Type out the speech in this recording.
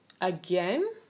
again